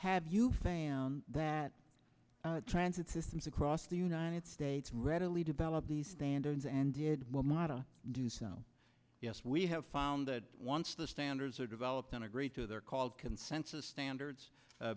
have you that transit systems across the united states readily develop these standards and did well not to do so yes we have found that once the standards are developed in a greater they're called consensus standards